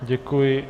Děkuji.